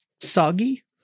soggy